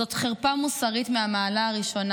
זאת חרפה מוסרית מהמעלה הראשונה.